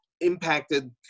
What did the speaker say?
impacted –